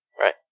Right